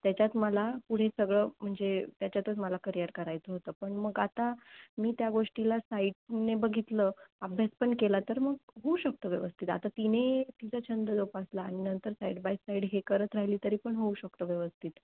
त्याच्यात मला पुढे सगळं म्हणजे त्याच्यातच मला करिअर करायचं होतं पण मग आता मी त्या गोष्टीला साईडने बघितलं अभ्यास पण केलं तर मग होऊ शकतं व्यवस्थित आता तिने तिचा छंद जोपासला आणि नंतर साईड बाय साईड हे करत राहिली तरी पण होऊ शकतो व्यवस्थित